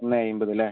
ഒന്ന് അയിമ്പത് അല്ലെ